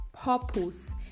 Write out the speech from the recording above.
purpose